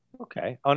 Okay